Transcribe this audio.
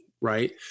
right